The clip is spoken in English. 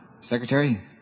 secretary